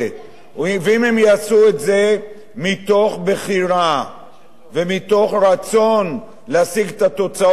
אם הם יעשו מתוך בחירה ומתוך רצון להשיג את התוצאות האלה.